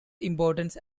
importance